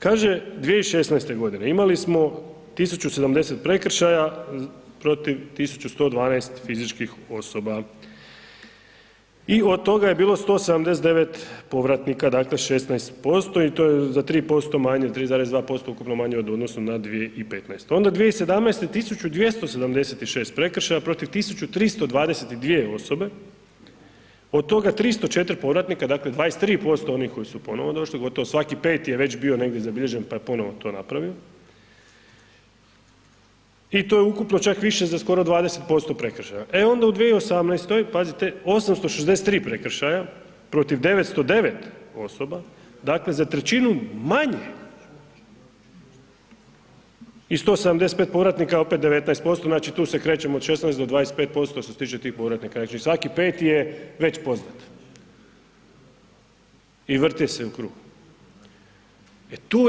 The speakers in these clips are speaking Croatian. Kaže 2016.g. imali smo 1070 prekršaja protiv 1112 fizičkih osoba i od toga je bilo 179 povratnika, dakle 16% i to je za 3% manje, za 3,2% ukupno manje od u odnosu na 2015., onda 2017. 1276 prekršaja protiv 1322 osobe, od toga 304 povratnika, dakle 23% onih koji su ponovo došli, gotovo svaki peti je već bio negdje zabilježen, pa je ponovo to napravio i to je ukupno čak više za skoro 20% prekršaja, e onda u 2018., pazite, 863 prekršaja protiv 909 osoba, dakle za trećinu manje i 175 povratnika, opet 19%, znači tu se krećemo od 16 do 25% što se tiče tih povratnika, znači svaki peti je već poznat i vrti se u krug, e tu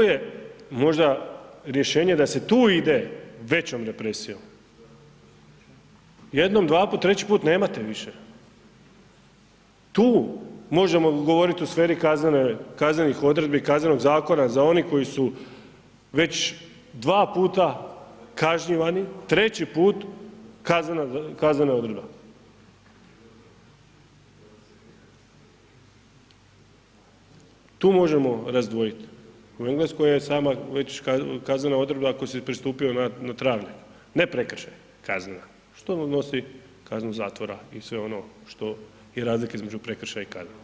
je možda rješenje da se tu ide većom represijom, jednom, dvaput, treći put nemate više, tu možemo govoriti o kaznene, kaznenih odredbi i Kaznenog zakona za oni koji su već dva puta kažnjivani, treći put kaznena odredba, tu možemo razdvojit u Engleskoj je sama već kaznena odredba ako si pristupio na, na travnjak, ne prekršaj, kaznena, što mu nosi kaznu zatvora i sve ono što je razlika između prekršaja i kazne.